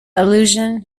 allusion